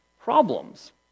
problems